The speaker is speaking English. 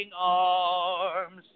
arms